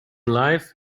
life